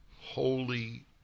Holy